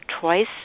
twice